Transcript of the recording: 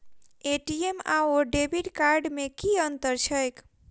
ATM आओर debit card मे की अंतर छैक?